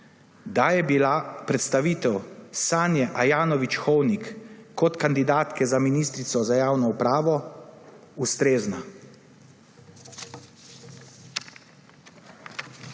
da je bila predstavitev Sanje Ajanović Hovnik kot kandidatke za ministrico za javno upravo ustrezna.